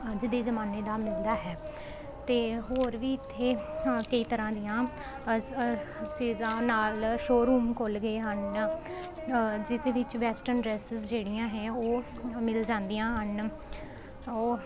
ਅੱਜ ਦੇ ਜ਼ਮਾਨੇ ਦਾ ਮਿਲਦਾ ਹੈ ਅਤੇ ਹੋਰ ਵੀ ਇੱਥੇ ਹਾਂ ਕਈ ਤਰ੍ਹਾਂ ਦੀਆਂ ਚੀਜ਼ਾਂ ਨਾਲ ਸ਼ੋਅਰੂਮ ਖੁੱਲ੍ਹ ਗਏ ਹਨ ਜਿਸਦੇ ਵਿੱਚ ਵੈਸਟਰਨ ਡਰੈਸਿਜ਼ ਜਿਹੜੀਆਂ ਹੈ ਉਹ ਮਿਲ ਜਾਂਦੀਆਂ ਹਨ ਉਹ